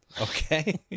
Okay